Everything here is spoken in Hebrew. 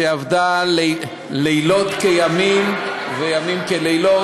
שעבדה לילות כימים וימים כלילות,